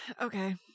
Okay